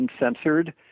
uncensored